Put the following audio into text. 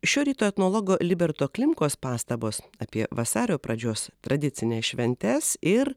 šio ryto etnologo liberto klimkos pastabos apie vasario pradžios tradicines šventes ir